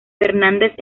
fernández